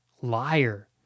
liar